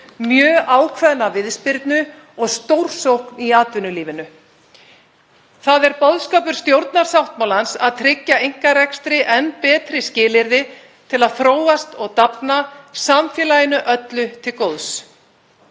mjög ákveðna viðspyrnu og stórsókn í atvinnulífinu. Það er boðskapur stjórnarsáttmálans að tryggja einkarekstri enn betri skilyrði til að þróast og dafna, samfélaginu öllu til góðs.